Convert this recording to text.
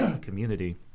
community